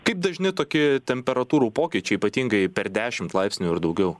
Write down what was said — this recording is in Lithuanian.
kaip dažni tokie temperatūrų pokyčiai ypatingai per dešimt laipsnių ir daugiau